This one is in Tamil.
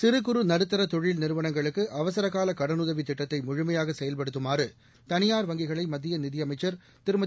சிறு குறு நடுத்தர தொழில் நிறுவளங்களுக்கு அவசரகால கடனுதவி திட்டத்தை முழுமையாக செயல்படுத்தமாறு தளியார் வங்கிகளை மத்திய நிதியமைச்சர் திருமதி